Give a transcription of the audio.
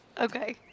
okay